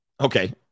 Okay